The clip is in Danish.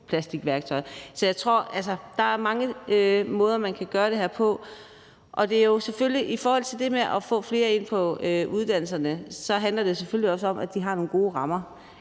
plastikværktøj. Så jeg tror, at der er mange måder, man kan gøre det her på. Og i forhold til det med at få flere ind på uddannelserne handler det selvfølgelig også om, at de har nogle gode rammer,